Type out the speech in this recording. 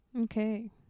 Okay